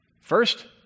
First